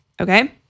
Okay